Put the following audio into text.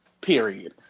Period